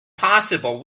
possible